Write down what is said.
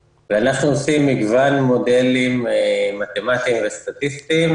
אנחנו עושים מגוון מודלים מתמטיים וסטטיסטיים